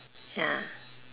ya